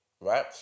right